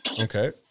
Okay